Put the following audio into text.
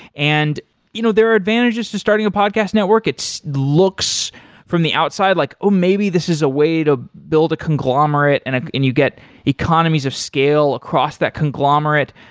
and you know there are advantages to starting a podcast network. it looks from the outside like, oh! maybe this is a way to build a conglomerate and and you get economies of scale across that conglomerate,